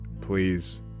please